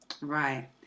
Right